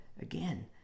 again